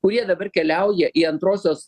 kurie dabar keliauja į antrosios